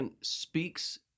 speaks